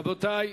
רבותי,